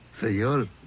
Señor